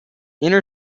inner